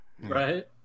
Right